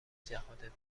جهات